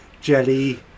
jelly